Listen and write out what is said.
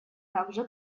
также